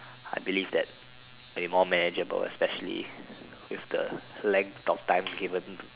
I believe that they're more manageable especially with the length of time given